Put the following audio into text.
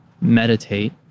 meditate